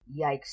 Yikes